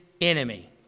enemy